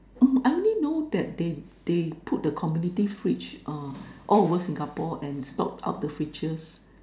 I only know that they they put the community fridge all over Singapore and stocked up the features